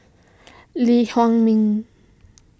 Lee Huei Min